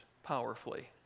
powerfully